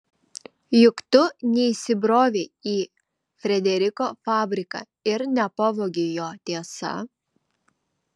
juk tu neįsibrovei į frederiko fabriką ir nepavogei jo tiesa